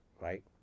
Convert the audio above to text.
right